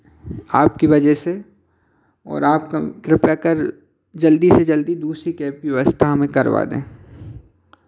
आपकी वजह से और आप कृपया कर जल्दी से जल्दी दूसरी कैब की व्यवस्था हमें करवा दें